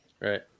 Right